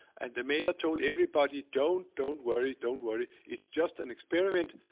and the mayor told everybody, don't don't worry, don't worry. it's just an experiment.